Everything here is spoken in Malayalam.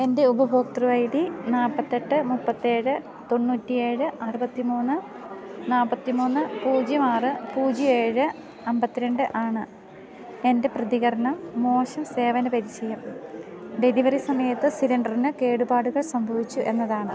എൻ്റെ ഉപഭോക്തൃ ഐ ഡി നാല്പ്പത്തിയെട്ട് മുപ്പത്തിയേഴ് തൊണ്ണൂറ്റിയേഴ് അറുപത്തിമൂന്ന് നാല്പ്പത്തിമൂന്ന് പൂജ്യം ആറ് പൂജ്യം ഏഴ് അമ്പത്തിരണ്ടാണ് എൻ്റെ പ്രതികരണം മോശം സേവന പരിചയം ഡെലിവറി സമയത്ത് സിലിണ്ടറിന് കേടുപാടുകൾ സംഭവിച്ചുവെന്നതാണ്